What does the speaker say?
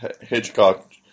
Hitchcock